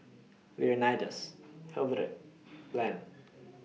Leonidas Hildred Lem